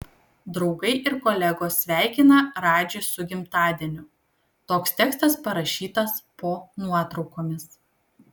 draugai ir kolegos sveikina radžį su gimtadieniu toks tekstas parašytas po nuotraukomis